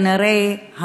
כנראה,